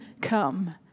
come